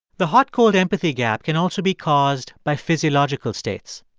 the hot-cold empathy gap can also be caused by physiological states.